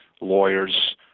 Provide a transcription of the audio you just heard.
lawyers